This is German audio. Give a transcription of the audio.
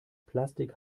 plastik